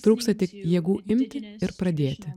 trūksta tik jėgų imti ir pradėti